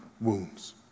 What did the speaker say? wounds